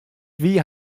wie